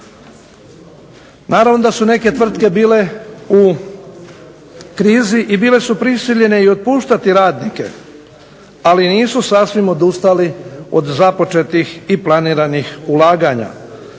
Naravno da su neke tvrtke bile u krizi i bile su prisiljene i otpuštati radnike, ali nisu sasvim odustali od započetih i planiranih ulaganja.